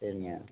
சரிங்க